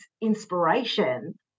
inspiration